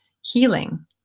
healing